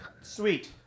Sweet